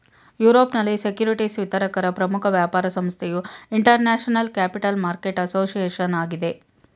ಯುರೋಪ್ನಲ್ಲಿ ಸೆಕ್ಯೂರಿಟಿಸ್ ವಿತರಕರ ಪ್ರಮುಖ ವ್ಯಾಪಾರ ಸಂಸ್ಥೆಯು ಇಂಟರ್ನ್ಯಾಷನಲ್ ಕ್ಯಾಪಿಟಲ್ ಮಾರ್ಕೆಟ್ ಅಸೋಸಿಯೇಷನ್ ಆಗಿದೆ